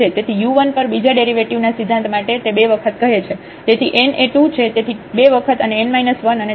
તેથી u1 પર બીજા ડેરિવેટિવ ના સિદ્ધાંત માટે તે 2 વખત કહે છે તેથી n એ 2 છે તેથી 2 વખત અને n 1 અને ત્યારબાદ u1 છે